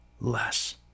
less